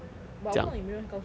but 我不懂有没有人告诉你 leh